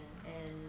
err